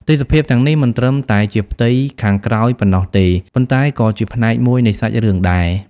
ទេសភាពទាំងនេះមិនត្រឹមតែជាផ្ទៃខាងក្រោយប៉ុណ្ណោះទេ ប៉ុន្តែក៏ជាផ្នែកមួយនៃសាច់រឿងដែរ។